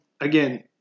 again –